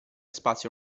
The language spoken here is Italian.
spazio